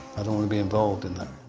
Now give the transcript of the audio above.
i don't wanna be involved in that.